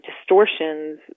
distortions